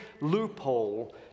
loophole